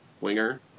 winger